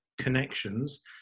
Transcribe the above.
connections